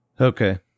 Okay